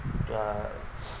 uh